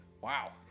Wow